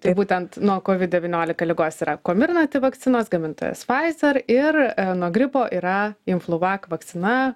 tai būtent nuo kovid devyniolika ligos yra komirnati vakcinos gamintojas faizer ir nuo gripo yra imfluvak vakcina